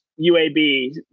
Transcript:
UAB